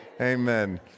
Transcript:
Amen